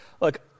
look